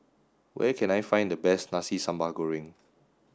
where can I find the best Nasi Sambal Goreng